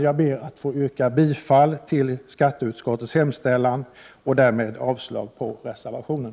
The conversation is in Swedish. Jag ber att få yrka bifall till skatteutskottets hemställan och därmed avslag på reservationen.